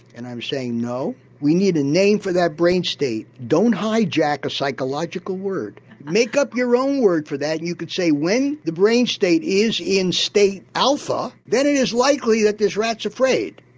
and i'm saying no, we need a name for that brain state, don't hijack a psychological word. make up your own word for that and you could say when the brain state is in state alpha, then it is likely that this rat's afraid.